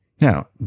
Now